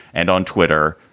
and on twitter,